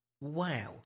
Wow